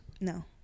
No